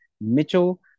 Mitchell